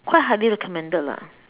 quite highly recommended lah